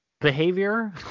behavior